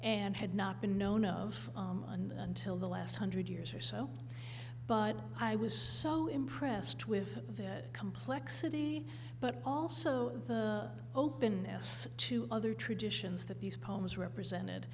and had not been known of until the last hundred years or so but i was so impressed with their complexity but also the openness to other traditions that these poems represented